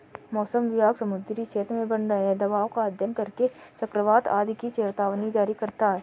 मौसम विभाग समुद्री क्षेत्र में बन रहे दबाव का अध्ययन करके चक्रवात आदि की चेतावनी जारी करता है